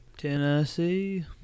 Tennessee